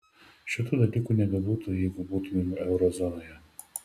šitų dalykų nebebūtų jeigu būtumei euro zonoje